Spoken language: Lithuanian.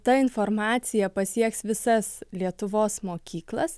ta informacija pasieks visas lietuvos mokyklas